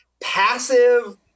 passive –